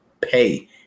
pay